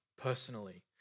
personally